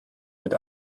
mit